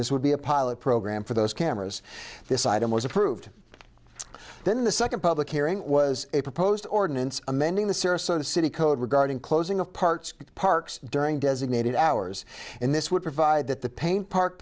this would be a pilot program for those cameras this item was approved then the second public hearing was a proposed ordinance amending the sarasota city code regarding closing of parts of parks during designated hours and this would provide that the paint park